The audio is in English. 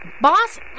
Boss